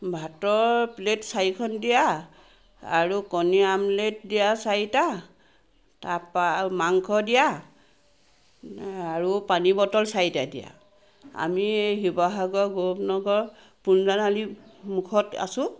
ভাতৰ প্লেট চাৰিখন দিয়া আৰু কণীৰ আমলেট দিয়া চাৰিটা তাৰপৰা আৰু মাংস দিয়া আৰু পানী বটল চাৰিটা দিয়া আমি শিৱসাগৰ গৌৰৱ নগৰ পুন্যআলিৰ মুখত আছোঁ